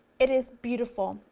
it is beautiful,